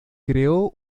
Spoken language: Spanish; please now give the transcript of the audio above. creó